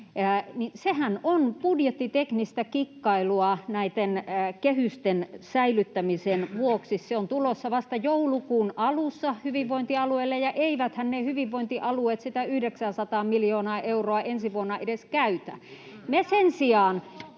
sehän on budjettiteknistä kikkailua näitten kehysten säilyttämisen vuoksi. Se on tulossa vasta joulukuun alussa hyvinvointialueille, ja eiväthän ne hyvinvointialueet sitä 900:aa miljoonaa euroa ensi vuonna edes käytä.